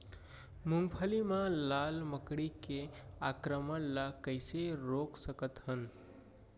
मूंगफली मा लाल मकड़ी के आक्रमण ला कइसे रोक सकत हन?